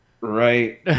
Right